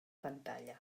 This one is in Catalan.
pantalla